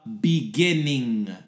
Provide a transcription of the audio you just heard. beginning